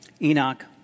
Enoch